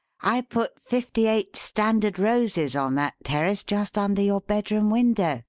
i put fifty-eight standard roses on that terrace just under your bedroom window,